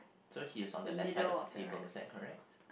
so he is on the left side of the table is that correct